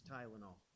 Tylenol